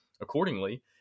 accordingly